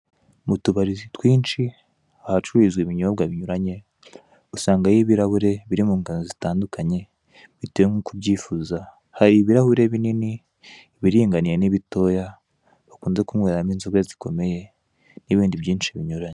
Mu tubari twinshi ahacururizwa ibinyobwa binyuranye usangayo ibirahure biri mu ngano zitandukanye bitewe nkuko ubyifuza hari ibirahure binini, ibiringaniye n'ibitoya bakunze kunyweramo inzoga zikomeye nibindi byinshi binyuranye.